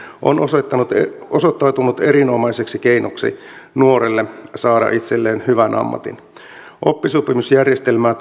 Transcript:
on osoittautunut erinomaiseksi keinoksi nuorelle saada itselleen hyvä ammatti oppisopimusjärjestelmää